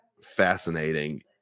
fascinating